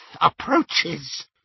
approaches